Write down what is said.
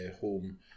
Home